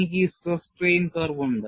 എനിക്ക് ഈ stress strain curve ഉണ്ട്